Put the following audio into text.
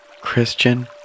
Christian